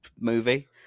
movie